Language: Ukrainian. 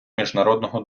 міжнародного